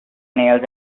nails